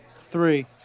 three